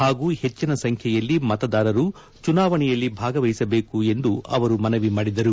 ಹಾಗೂ ಹೆಚ್ಚಿನ ಸಂಖ್ಯೆಯಲ್ಲಿ ಮತದಾರರು ಚುನಾವಣೆಯಲ್ಲಿ ಭಾಗವಹಿಸಬೇಕು ಎಂದು ಮನವಿ ಮಾಡಿದರು